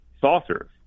saucers